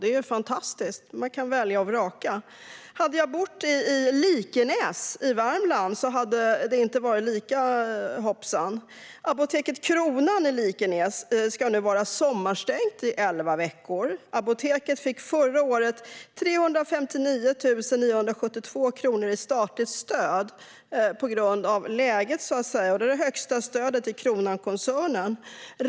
Det är ju fantastiskt; jag kan välja och vraka. Hade jag bott i Likenäs i Värmland hade det inte varit lika hoppsan. Apoteket Kronan i Likenäs ska nu vara sommarstängt i elva veckor. Apoteket fick förra året 359 972 kronor i statligt stöd på grund av sitt läge. Det är det högsta stödet i Kronankoncernen.